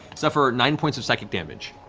suffer nine points of psychic damage.